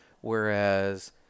Whereas